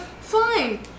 Fine